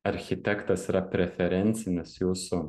architektas yra preferencinis jūsų